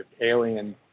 alien